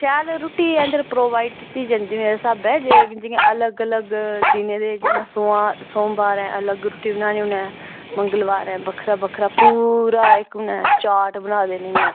शैल रुट्टी अंदर प्रोवाइड कीती जन्दी मेरे स्हाबै जियां कि अलग अलग दिनें दे जियां सोआं सोमबार ऐ अलग रुट्टी बनानी उनें मंगलबार ऐ बक्खरा बक्खरा पूरा इक उ'नें चार्ट बनाए दे न इयां